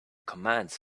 commands